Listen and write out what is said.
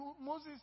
Moses